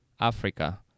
Africa